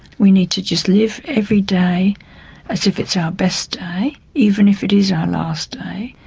we need to just live every day as if it's our best day, even if it is our last day,